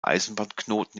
eisenbahnknoten